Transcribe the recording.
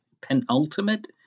penultimate